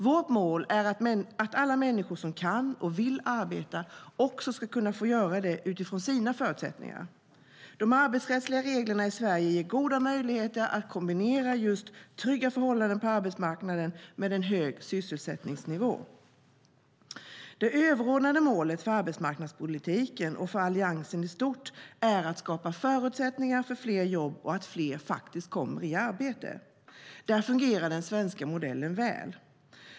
Vårt mål är att alla människor som kan och vill arbeta också ska kunna göra det utifrån sina förutsättningar. De arbetsrättsliga reglerna i Sverige ger goda möjligheter att kombinera trygga förhållanden på arbetsmarknaden med en hög sysselsättningsnivå. Det överordnade målet för arbetsmarknadspolitiken och för Alliansen i stort är att skapa förutsättningar för fler jobb så att fler faktiskt kommer i arbete. Där fungerar den svenska modellen väl.